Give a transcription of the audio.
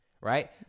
right